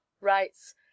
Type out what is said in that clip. writes